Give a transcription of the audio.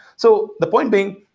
so the point being,